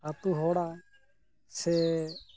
ᱟᱹᱛᱩ ᱦᱚᱲᱟᱜ ᱥᱮ